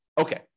Okay